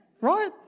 Right